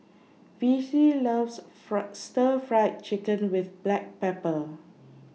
Vicie loves fur Stir Fry Chicken with Black Pepper